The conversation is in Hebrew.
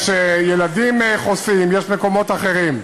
יש ילדים חוסים, יש מקומות אחרים.